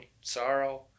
sorrow